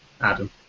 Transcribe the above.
Adam